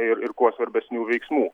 ir ir kuo svarbesnių veiksmų